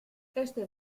este